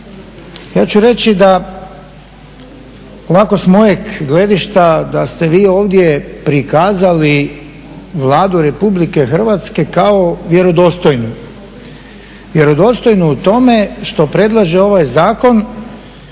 Ja ću reći da ovako s mojeg gledišta da ste vi ovdje prikazali Vladu RH kao vjerodostojnu, vjerodostojnu u tome što predlaže ovaj zakon